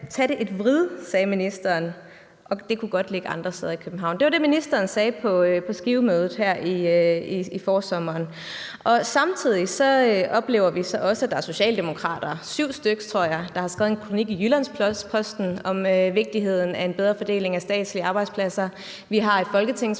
gøre et vrid, og atdet kunne godt ligge andre steder i København. Det var det, ministeren sagde på Skivemødet her i forsommeren. Samtidig oplever vi så også, at der er socialdemokrater – syv styks, tror jeg – der har skrevet en kronik i Jyllands-Posten om vigtigheden af en bedre fordeling af statslige arbejdspladser. Vi har et folketingsmedlem